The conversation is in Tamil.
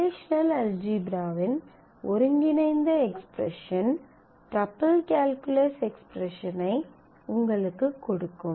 ரிலேஷனல் அல்ஜீப்ராவின் ஒருங்கிணைந்த எக்ஸ்பிரஸன் டப்பிள் கால்குலஸ் எக்ஸ்பிரஸன் ஐ உங்களுக்குக் கொடுக்கும்